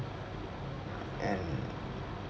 and